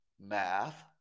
Math